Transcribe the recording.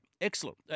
Excellent